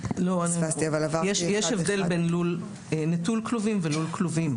יש הבדל בין לול נטול כלובים לבין לול כלובים.